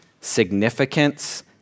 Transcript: significance